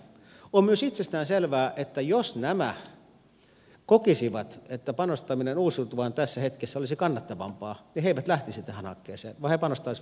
on myös itsestään selvää että jos nämä kokisivat että panostaminen uusiutuvaan tässä hetkessä olisi kannattavampaa niin he eivät lähtisi tähän hankkeeseen vaan he panostaisivat johonkin muuhun